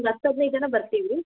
ಒಂದು ಹತ್ತು ಹದಿನೈದು ಜನ ಬರ್ತೀವಿ